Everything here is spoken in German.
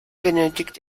benötigt